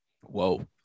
whoa